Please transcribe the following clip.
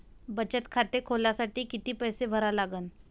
बचत खाते खोलासाठी किती पैसे भरा लागन?